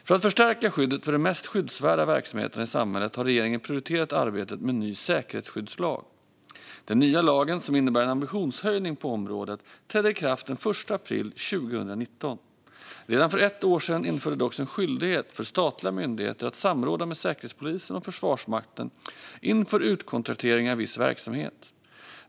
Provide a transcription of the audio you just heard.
För att förstärka skyddet för de mest skyddsvärda verksamheterna i samhället har regeringen prioriterat arbetet med en ny säkerhetsskyddslag. Den nya lagen, som innebär en ambitionshöjning på området, träder i kraft den 1 april 2019. Redan för ett år sedan infördes dock en skyldighet för statliga myndigheter att samråda med Säkerhetspolisen och Försvarsmakten inför utkontraktering av viss verksamhet.